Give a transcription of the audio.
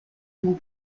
mon